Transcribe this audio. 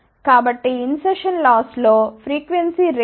కాబట్టి insertion loss లో frequency range DC నుండి 2